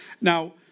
Now